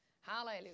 Hallelujah